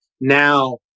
now